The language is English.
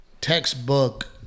textbook